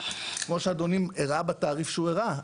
כמו שאדוני הראה בתעריף שהוא הראה.